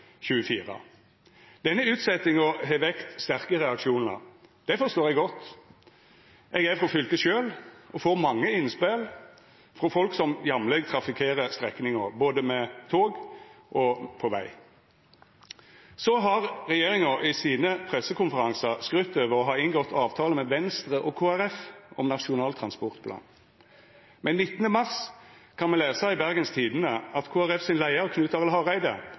Denne utsetjinga har vekt sterke reaksjonar. Det forstår eg godt. Eg er frå fylket sjølv og får mange innspel frå folk som jamleg trafikkerer strekninga, både med tog og på veg. Så har regjeringa i sine pressekonferansar skrytt av å ha inngått avtale med Venstre og Kristeleg Folkeparti om Nasjonal transportplan. Men den 19. mars kan me lesa i Bergens Tidende at leiaren i Kristeleg Folkeparti, Knut Arild Hareide,